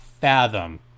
fathom